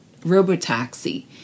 robotaxi